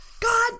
God